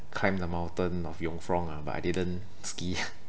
climb the mountain of jungfrau lah but I didn't ski